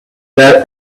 that